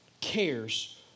cares